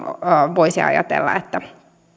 voisi ajatella että